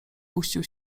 puścił